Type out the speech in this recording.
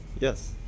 Yes